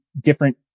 different